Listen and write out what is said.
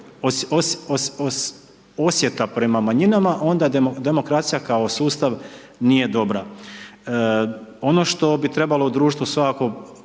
osjeta prema manjinama, onda demokracija kao sustav nije dobra. Ono što bi trebalo u društvu svakako